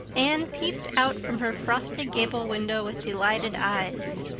anne peeped out from her frosted gable window with delighted eyes.